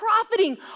profiting